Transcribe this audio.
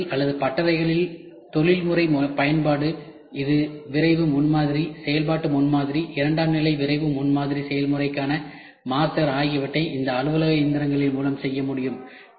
அலுவலகத்தில் அல்லது பட்டறைகளில் தொழில்முறை பயன்பாடு இது விரைவு முன்மாதிரி செயல்பாட்டு முன்மாதிரி இரண்டாம் நிலை விரைவு முன்மாதிரி செயல்முறைக்கான மாஸ்டர் ஆகியவற்றை இந்த அலுவலக இயந்திரங்கள் மூலம் செய்ய முடியும்